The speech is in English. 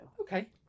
Okay